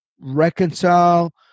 reconcile